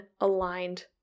aligned